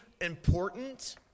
important